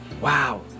wow